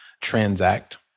transact